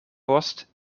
post